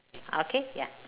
okay ya